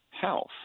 health